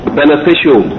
beneficial